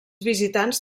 visitants